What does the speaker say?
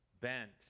bent